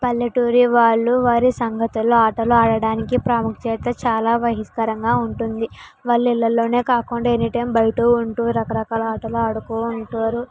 పల్లెటూరి వాళ్ళు వారి సంగతులు ఆటలు ఆడడానికి ప్రాముఖ్యత చాలా వహిస్తరంగా ఉంటుంది వాళ్ళు ఇళ్లల్లోనే కాకుండా ఎనీ టైమ్ బయట ఉంటూ రకరకాల ఆటలు ఆడుతూ ఉంటారు